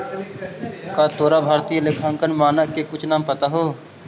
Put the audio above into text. का तोरा भारतीय लेखांकन मानक के कुछ नाम पता हो?